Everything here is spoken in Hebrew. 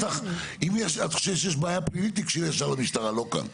אם את חושבת שיש בעיה פלילית תיגשי ישר למשטרה לא כאן.